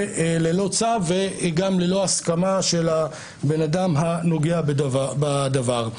ללא צו וגם ללא הסכמה של הבן אדם הנוגע בדבר.